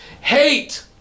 Hate